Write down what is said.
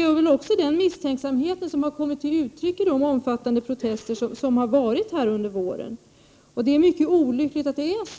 är väl också den misstänksamheten som har kommit till uttryck i de omfattande protester som har varit här under våren, och det är mycket olyckligt.